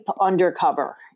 undercover